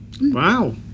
Wow